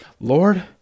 Lord